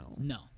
No